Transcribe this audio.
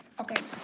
Okay